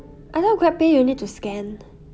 I thought GrabPay you need to scan